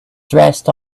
dressed